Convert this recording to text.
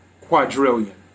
quadrillion